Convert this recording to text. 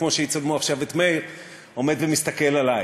כמו שיצלמו עכשיו את מאיר עומד ומסתכל עלי.